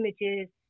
images